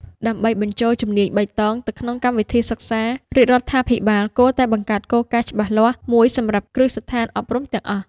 ដើម្បីបញ្ចូលជំនាញបៃតងទៅក្នុងកម្មវិធីសិក្សា រាជរដ្ឋាភិបាលគួរតែបង្កើតគោលការណ៍ច្បាស់លាស់មួយសម្រាប់គ្រឹះស្ថានអប់រំទាំងអស់។